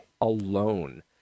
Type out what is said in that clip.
alone